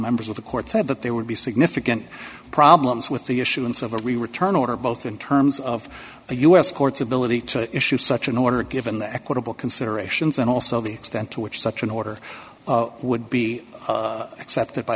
members of the court said that there would be significant problems with the issuance of a return order both in terms of the u s courts ability to issue such an order given the equitable considerations and also the extent to which such an order would be accepted by